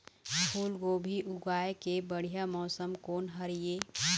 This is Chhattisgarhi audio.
फूलगोभी उगाए के बढ़िया मौसम कोन हर ये?